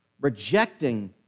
rejecting